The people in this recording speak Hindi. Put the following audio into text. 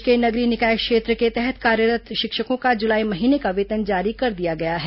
प्रदेश के नगरीय निकाय क्षेत्र के तहत कार्यरत् शिक्षकों का जुलाई महीने का वेतन जारी कर दिया गया है